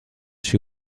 she